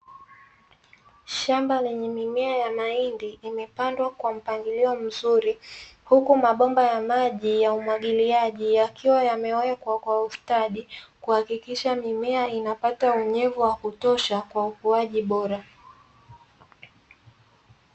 Shamba lenye mimea ya mahindi yamepandwa kwa ustadi huku mabomba yamaji yakiwa yamepangwa kwa umwagiliaji na ukuaji bora